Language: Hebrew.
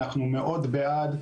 אנחנו מאוד בעד.